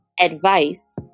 advice